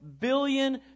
billion